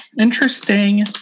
interesting